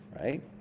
right